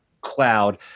cloud